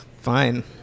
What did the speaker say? fine